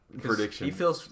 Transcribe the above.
prediction